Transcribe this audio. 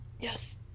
Yes